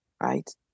right